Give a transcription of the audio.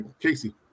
Casey